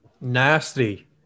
Nasty